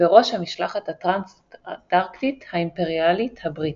בראש המשלחת הטראנס-אנטארקטית האימפריאלית הבריטית.